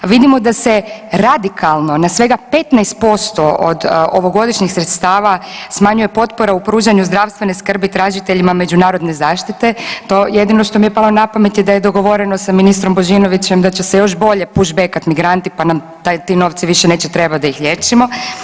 Vidimo da se radikalno, na svega 15% od ovogodišnjih sredstava smanjuje potpora u pružanju zdravstvene skrbi tražiteljima međunarodne zaštite, to je jedino što mi je palo na pamet i da je dogovoreno sa ministrom Božinovićem da će se još bolje push bekat migranti pa nam ti novci više neće trebat da ih liječimo.